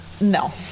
No